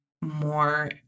more